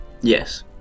yes